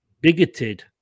bigoted